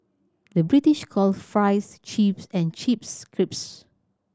the British call fries chips and chips crisps